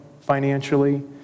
financially